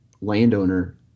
landowner